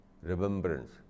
remembrance